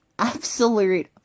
Absolute